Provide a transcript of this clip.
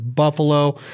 buffalo